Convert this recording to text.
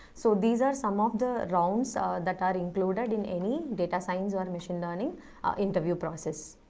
so these are some of the rounds ah that are included in any data science or machine learning interview process.